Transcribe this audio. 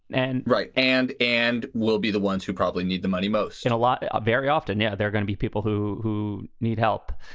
and right and and we'll be the ones who probably need the money most and a lot ah very often. yeah, there are gonna be people who who need help.